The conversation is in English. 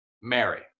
Mary